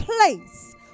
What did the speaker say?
place